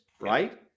right